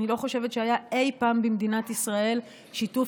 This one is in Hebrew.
אני לא חושבת שהיה אי פעם במדינת ישראל שיתוף